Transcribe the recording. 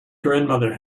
grandmother